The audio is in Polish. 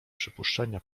przypuszczenia